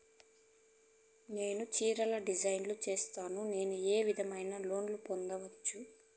నేను చీరలు డిజైన్ సేస్తాను, నేను ఏ విధమైన లోను పొందొచ్చు